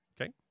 Okay